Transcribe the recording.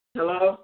Hello